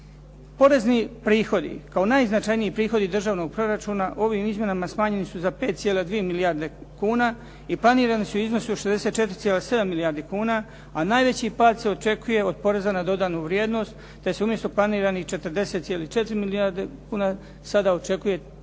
Porezni prihodi kao najznačajniji prihodi državnog proračuna ovim izmjenama smanjeni su za 5,2 milijarde kuna i planirani su u iznosu od 64,7 milijardi kuna, a najveći pad se očekuje od poreza na dodanu vrijednost te se umjesto planiranih 40,4 milijarde kuna sada očekuje 40,4 milijarde kuna,